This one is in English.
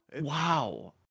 Wow